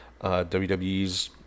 WWE's